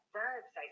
verbs